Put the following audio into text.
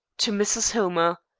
to mrs. hillmer.